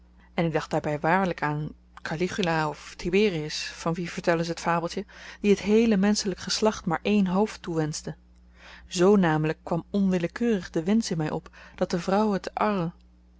en ik dacht daarby waarlyk aan caligula of tiberius van wien vertellen ze t fabeltje die t heele menschelyk geslacht maar één hoofd toewenschte z namelyk kwam onwillekeurig de wensch in my op dat de vrouwen te arles